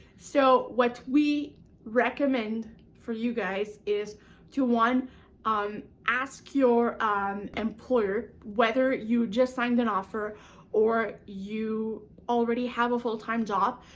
so, what we recommend for you guys is to one um ask your um employer, whether you signed an offer or you already have a full-time job,